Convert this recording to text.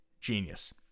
genius